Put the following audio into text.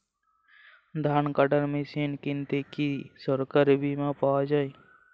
ধান কাটার মেশিন কিনতে কি সরকারী বিমা পাওয়া যায়?